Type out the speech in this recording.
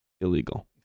illegal